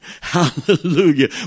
Hallelujah